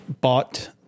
bought